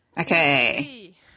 okay